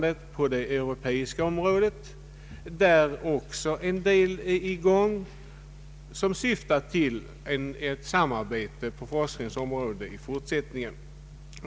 Även på det europeiska planet förekommer planering som syftar till ett samarbete på forskningsområdet.